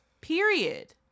Period